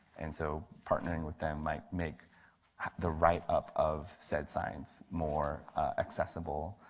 and so partnering with them might make the write up of said science more accessible.